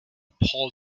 paul